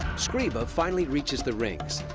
scriba finally reaches the rings.